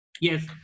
Yes